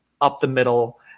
up-the-middle